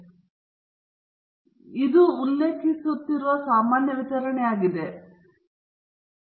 ಆದ್ದರಿಂದ ಇದು ನಾವು ಉಲ್ಲೇಖಿಸುತ್ತಿರುವ ಸಾಮಾನ್ಯ ಸಾಮಾನ್ಯ ವಿತರಣೆಯಾಗಿದೆ ಮತ್ತು ನಂತರ z ಆಲ್ಫಾದಿಂದ ನಿಖರವಾಗಿ 2 ಏನು